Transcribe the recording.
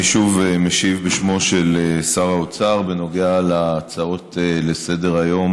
אני שוב משיב בשמו של שר האוצר בנוגע להצעות הדחופות לסדר-היום